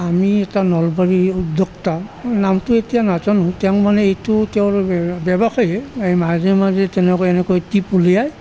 আমি এটা নলবাৰীৰ উদ্যোক্তা নামটো এতিয়া নাজানো তেওঁ মানে এইটো তেওঁৰ ব্যৱসায়েই এই মাজে মাজে তেনেকৈ এনেকৈ টিপ উলিয়ায়